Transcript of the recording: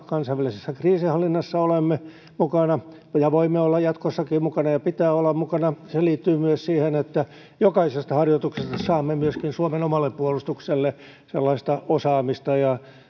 kansainvälisessä kriisinhallinnassa olemme mukana ja voimme olla jatkossakin mukana ja pitää olla mukana se liittyy myös siihen että jokaisesta harjoituksesta saamme myöskin suomen omalle puolustukselle sellaista osaamista ja